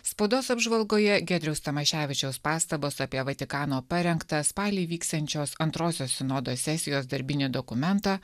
spaudos apžvalgoje giedriaus tamoševičiaus pastabos apie vatikano parengtą spalį vyksiančios antrosios sinodo sesijos darbinį dokumentą